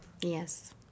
Yes